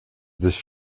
sich